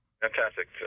Fantastic